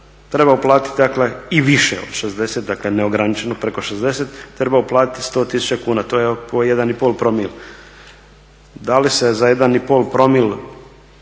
treba uplatiti dakle i više od 60, dakle neograničeno preko 60, treba uplatiti 100 tisuća kuna, to je 1 i pol promil. Da li se za jedna i